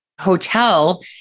hotel